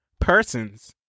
persons